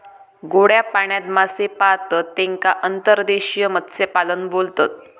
गोड्या पाण्यात मासे पाळतत तेका अंतर्देशीय मत्स्यपालन बोलतत